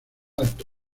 alto